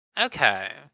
Okay